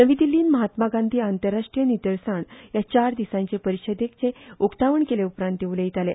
नवी दिछ्ठींत महात्मा गांधी आंतराष्ट्रीय नितळसाण ह्या चार दिसांचे परिशदेचे उक्तावण केले उपरांत ते उलयताले